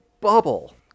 bubble